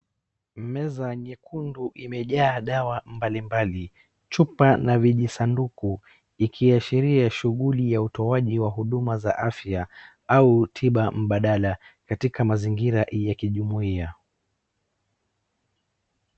Meza nyekundu imejaa dawa mbalimbali, chupa na vijisanduku ikiashiria shughuli ya utoaji wa huduma za afya au tiba mbadala katika mazingira ya kijumuia.